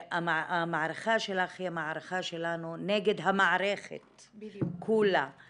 המערכה שלך היא המערכה שלנו נגד המערכת כולה.